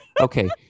Okay